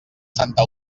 santa